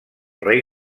rei